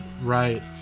right